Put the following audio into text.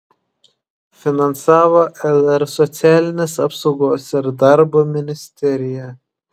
finansavo lr socialinės apsaugos ir darbo ministerija